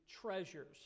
treasures